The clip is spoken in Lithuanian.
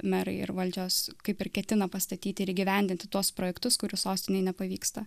merai ir valdžios kaip ir ketina pastatyt įgyvendinti tuos projektus kurių sostinei nepavyksta